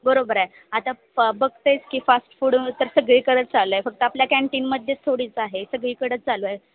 बरोबर आहे आता बघतायच की फास्ट फूड तर सगळीकडं चालू आहे फक्त आपल्या कॅन्टीनमध्येच थोडीच आहे सगळीकडंच चालू आहे